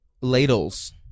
ladles